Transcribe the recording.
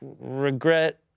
regret